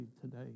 today